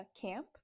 camp